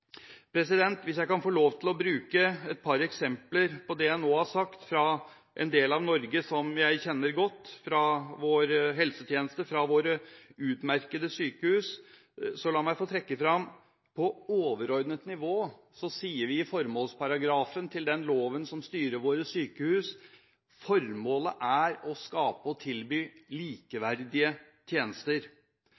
Hvis jeg kan få lov til å bruke et par eksempler på det jeg nå har sagt fra en del av Norge som jeg kjenner godt, fra vår helsetjeneste, fra våre utmerkede sykehus, så la meg få trekke fram at på overordnet nivå sier vi i formålsparagrafen til den loven som styrer våre sykehus: Formålet er å skape og tilby